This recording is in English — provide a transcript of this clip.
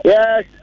Yes